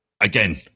Again